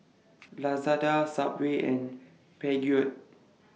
Lazada Subway and Peugeot